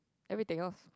everything else